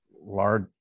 large